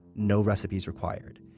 no recipes required.